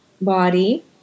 body